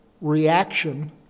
reaction